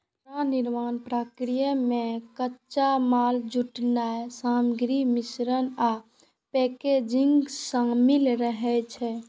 चारा निर्माण प्रक्रिया मे कच्चा माल जुटेनाय, सामग्रीक मिश्रण आ पैकेजिंग शामिल रहै छै